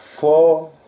four